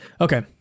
okay